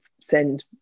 send